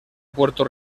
puerto